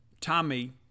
Tommy